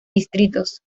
distritos